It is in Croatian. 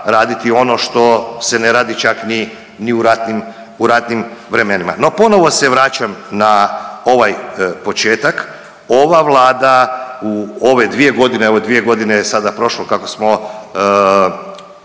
raditi ono što se ne radi čak ni u ratnim vremenima. No ponovo se vraćam na ovaj početak, ova vlada u ove dvije godine, evo dvije godine je sada prošlo kako smo